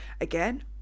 again